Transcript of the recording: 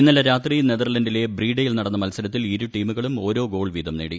ഇന്നലെ രാത്രി നെതർലൻഡ്സിലെ ബ്രീഡയിൽ നടന്ന മൽസരത്തിൽ ഇരു ടീമുകളും ഓരോ ഗോൾ വീതം നേടി